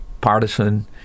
partisan